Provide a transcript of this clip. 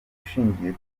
ushingiye